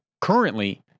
currently